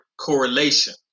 correlation